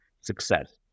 success